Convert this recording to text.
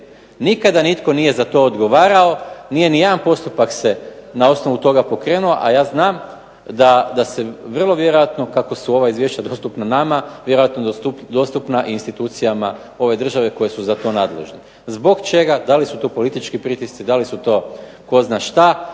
Nikada nitko nije za to odgovarao, nije nijedan postupak se na osnovu toga pokrenuo, a ja znam da se vrlo vjerojatno, kako su ova izvješća dostupna nama, vjerojatno dostupna i institucijama ove države koja su za to nadležna. Zbog čega, da li su to politički pritisci, da li su to tko zna šta